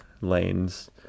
lanes